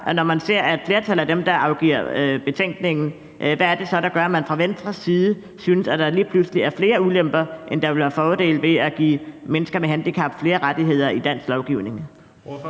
når man ser på flertallet af dem, der afgiver betænkning, der gør, at man fra Venstres side synes, at der lige pludselig er flere ulemper, end der vil være fordele, ved at give mennesker med handicap flere rettigheder i dansk lovgivning?